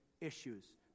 issues